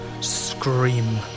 scream